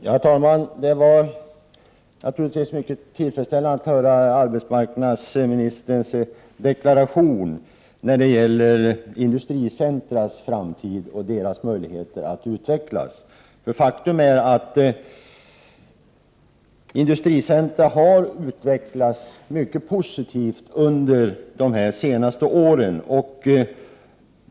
Herr talman! Det var naturligtvis mycket tillfredsställande att höra arbetsmarknadsministerns deklaration när det gäller industricentras framtid och möjligheter att utvecklas. Faktum är att industricentra har utvecklats mycket positivt under de senaste åren.